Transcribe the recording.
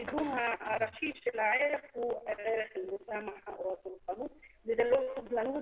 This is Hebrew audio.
קידום הערכים של הערך הוא ערך --- והסלחנות וזה לא סבלנות,